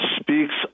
speaks